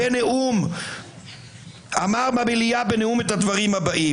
הוא אמר במליאה בנאום את הדברים הבאים,